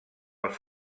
els